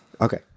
Okay